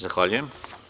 Zahvaljujem.